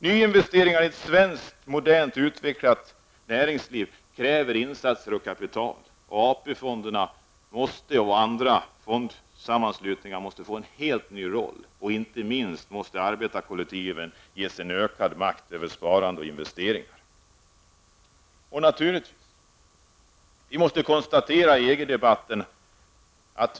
Nyinvesteringar för ett modernt utvecklat svenskt näringsliv kräver insatser och kapital. AP-fonderna och andra fonder måste få en helt ny roll, och de lokala arbetarkollektiven måste ges ökad makt över sparande och investeringar.